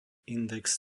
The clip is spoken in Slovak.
index